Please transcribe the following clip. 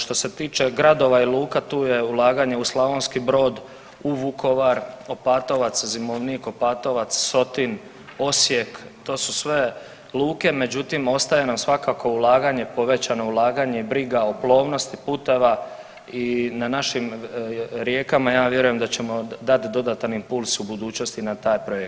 Što se tiče gradova i luka tu je ulaganje u Slavonski Brod, u Vukovar, Opatovac, Zimovnik Opatovac, Sotin, Osijek to su sve luke, međutim ostaje nam svakako ulaganje, povećano ulaganje i briga o plovnosti puteva i na našim rijeka ja vjerujem da ćemo dat dodatan impuls u budućnosti na taj projekt.